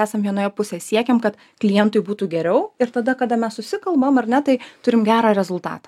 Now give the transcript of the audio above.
esam vienoje pusėj siekiam kad klientui būtų geriau ir tada kada mes susikalbam ar ne tai turim gerą rezultatą